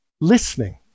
Listening